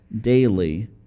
daily